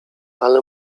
ale